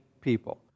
people